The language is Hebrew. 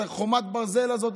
את חומת הברזל הזאת,